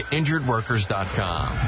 InjuredWorkers.com